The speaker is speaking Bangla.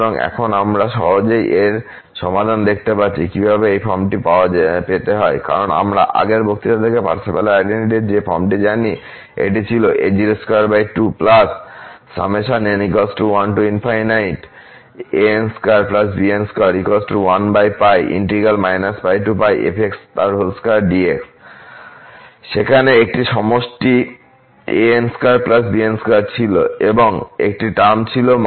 সুতরাং এখন আমরা সহজেই এর সমাধান দেখতে পাচ্ছি কীভাবে এই ফর্মটি পেতে হয় কারণ আমরা আগের বক্তৃতা থেকে পার্সেভালের আইডেন্টিটি এর ফর্মটি জানি যে এটি ছিল সেখানে একটি সমষ্টি এan2 bn2 ছিল এবং একটি টার্ম ছিল